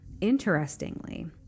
Interestingly